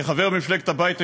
כחבר מפלגת הבית היהודי,